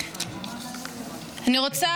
אני רוצה